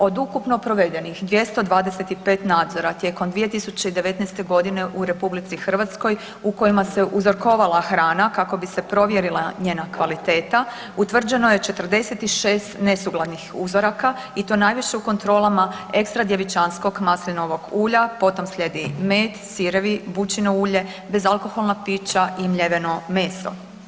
Od ukupno provedenih 225 nadzora tijekom 2019. godine u RH u kojima se uzorkovala hrana kako bi se provjerila njena kvaliteta utvrđeno je 46 nesuglasnih uzoraka i to najviše u kontrolama ekstra djevičanskog maslinovog ulja, potom slijedi med, sirevi, bučino ulje, bezalkoholna pića i mljeveno meso.